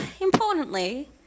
importantly